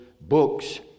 books